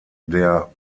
der